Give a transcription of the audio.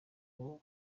ngo